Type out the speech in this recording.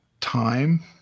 time